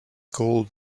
gold